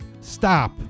Stop